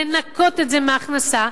לנכות את זה מהכנסה,